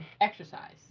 exercise